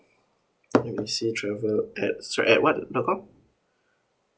let me see travel at sorry at what dot com